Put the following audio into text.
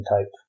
type